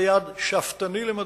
זה יעד שאפתני למדי,